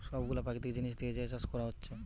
সব গুলা প্রাকৃতিক জিনিস দিয়ে যে চাষ কোরা হচ্ছে